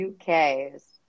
UK's